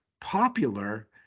popular